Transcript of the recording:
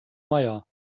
meier